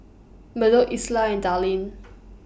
Murdock Isla and Darlyne